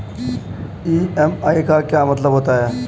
EMI का क्या मतलब होता है?